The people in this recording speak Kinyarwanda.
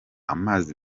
amazi